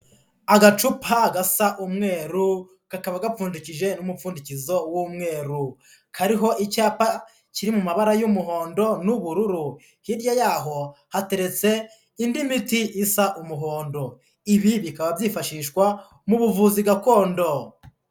Agacupa gasa umweru kakaba gapfundikijwe n'umupfundikizo w'umweru, kariho icyapa kiri mu mabara y'umuhondo n'ubururu, hirya y'aho hateretse indi miti isa umuhondo, ibi bikaba byifashishwa mu buvuzi gakondo.